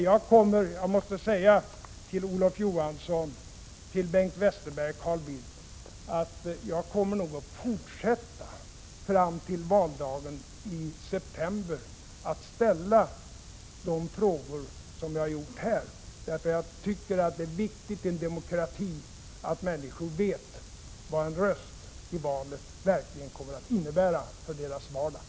Jag måste säga till Olof Johansson, till Bengt Westerberg och till Carl Bildt att jag nog kommer att fortsätta fram till valdagen iseptember med att ställa de frågor som jag har ställt här. Jag tycker att det i en demokrati är viktigt att människor vet vad en röst i valet verkligen kommer att innebära för deras vardag.